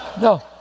No